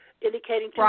indicating